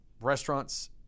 restaurants